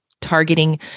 targeting